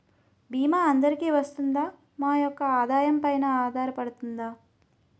భీమా అందరికీ వరిస్తుందా? మా యెక్క ఆదాయం పెన ఆధారపడుతుందా?